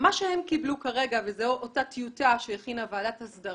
מה שהם קבלו כרגע, אותה טיוטה שהכינה ועדת ההסדרה,